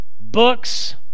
books